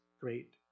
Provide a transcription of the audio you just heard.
great